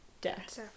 death